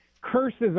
curses